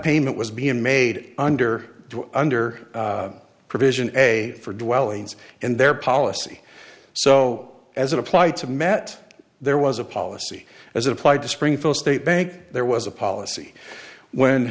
payment was being made under under provision a for dwellings and their policy so as applied to met there was a policy as applied to springfield state bank there was a policy when